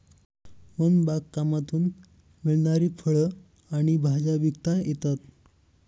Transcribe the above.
one बागकामातून मिळणारी फळं आणि भाज्या विकता येतात